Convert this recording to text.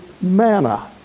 manna